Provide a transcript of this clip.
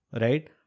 Right